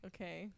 Okay